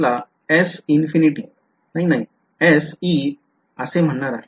मी या surface ला S infinity नाही नाही SE असे म्हणणार आहे